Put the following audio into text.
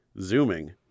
Zooming